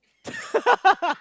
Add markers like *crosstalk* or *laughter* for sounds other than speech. *laughs*